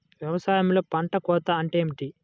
వ్యవసాయంలో పంట కోత అంటే ఏమిటి?